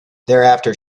thereafter